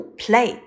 ,play